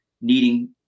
needing